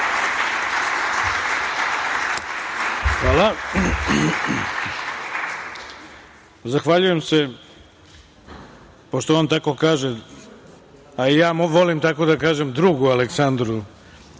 Hvala. Zahvaljujem se, pošto on tako kaže, a ja volim tako isto da kažem, drugu Aleksandru,